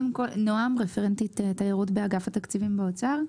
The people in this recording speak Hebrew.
אני נעם, רכזת התיירות באגף התקציבים באוצר.